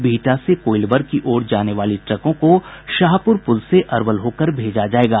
बिहटा से कोईलवर की ओर जाने वाली ट्रकों को शाहपुर पुल से अरवल होकर भेजा जायेगा